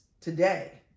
today